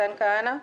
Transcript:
מתן כהנא,